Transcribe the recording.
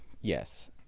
yes